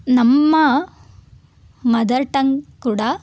ನಮ್ಮ mother tongue ಕೂಡ